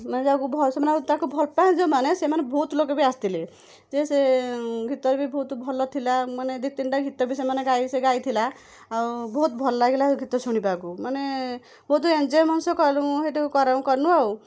ମାନେ ଯାହାକୁ ଭ ସେମାନେ ତାକୁ ଭଲପାଆନ୍ତି ଯେଉଁମାନେ ସେମାନେ ବହୁତ ଲୋକ ବି ଆସିଥିଲେ ଯେ ସେ ଗୀତରେ ବି ବହୁତ ଭଲ ଥିଲା ମାନେ ଦୁଇ ତିନଟା ଗୀତ ବି ସେମାନେ ଗାଇ ସେ ଗାଇଥିଲା ଆଉ ବହୁତ ଭଲ ଲାଗିଲା ଗୀତ ଶୁଣିବାକୁ ମାନେ ବହୁତ ଏନଜୟ ମଣିଷ କରୁ ସେଇଠୁ କରୁ କନୁ ଆଉ